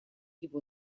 его